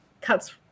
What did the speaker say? cuts